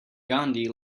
gandhi